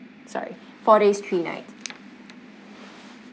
sorry four days three nights